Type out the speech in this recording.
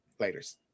Laters